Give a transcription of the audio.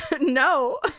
No